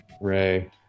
Ray